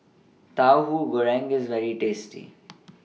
Tauhu Goreng IS very tasty